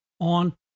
on